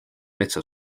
metsa